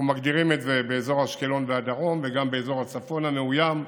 אנחנו מגדירים את זה באזור אשקלון והדרום וגם באזור הצפון המאוים,